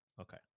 Okay